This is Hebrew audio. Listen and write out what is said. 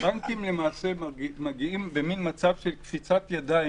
בקצב של הדברים שהוא מתאר,